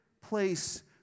place